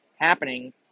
happening